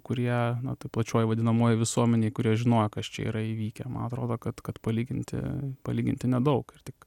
kurie na toj plačioj vadinamojoj visuomenėj kurie žinojo kas čia yra įvykę man atrodo kad kad palyginti palyginti nedaug ir tik